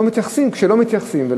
מתייחסים, לא מתייחסים.